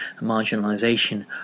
marginalisation